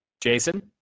Jason